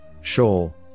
Shoal